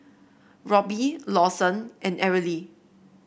Robby Lawson and Arely